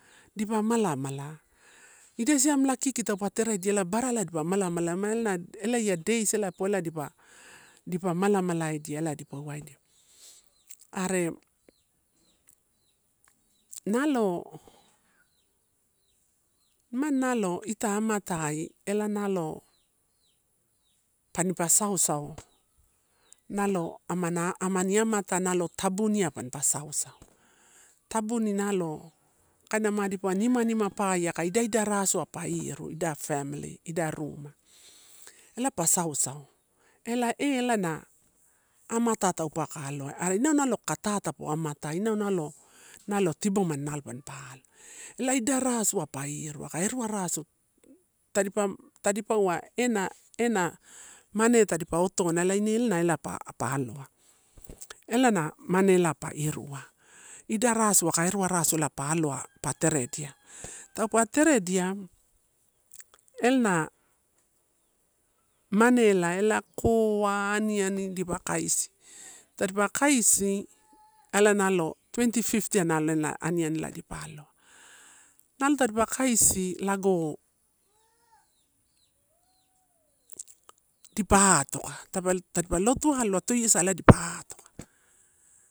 Dipa mala mala. Idai siamela kiki taupe teredia ela barala dipa mala mala ma elana elai a days ela poa dipa, dipa uaedia. Are nalo, imani nalo ita amati ela nalo panipa saosao nalo amatai or tabuni pampa saosao. Tabuni nalo kaina ma dipauwa nim a, nim a pae aka idai, idai rasuai pa iru idai family ida ruma, ela pa saosao, elae elana amata taupauwa ka aloa are inu nalo kaka tatapo amatai inau nalo, nalo tibomani nalo mampa alo. Ela idai rasuai pa iru aka erua rasua pa ire, tapa tadipauwa na, ena. Mane etadipa ootona ine ela na ela pa aloa, ela na mane ela pa irua. Idai rasu aka erua rasu pa aloa pa teredia, taupe teredia, elana mane elae koa, aniani dipa kaisi, tadipa kaisi ela nalo twenty fifth nalo ena aniani ela dipa aloa, nalo tadipa kaisi lago dipa atoka, tadipa lotu aloa toiasai dipa atoka.